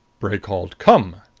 bray called come!